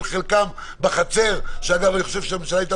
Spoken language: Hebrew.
עם חלקם בחצר ואגב אני חושב שהממשלה הייתה